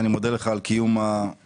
אני מודה לך על קיום הישיבה.